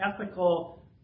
ethical